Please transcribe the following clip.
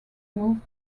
moved